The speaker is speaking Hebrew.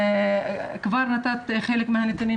כבודך את כבר נתת חלק מהנתונים,